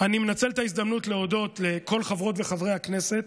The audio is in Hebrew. אני מנצל את ההזדמנות להודות לכל חברות וחברי הכנסת,